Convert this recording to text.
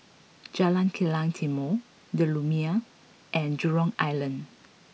Jalan Kilang Timor the Lumiere and Jurong Island